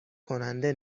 کننده